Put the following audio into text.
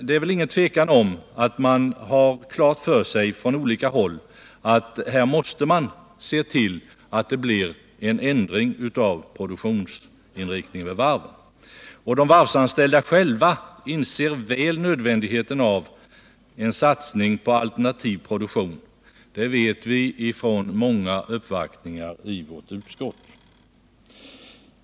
Det är väl inget tvivel om att man på olika håll har klart för sig att här måste man se till att det blir en ändring av produktionsinriktningen vid varven. De varvsanställda själva inser väl nödvändigheten av en satsning på alternativ produktion, det vet vi från många uppvaktningar i vårt utskott.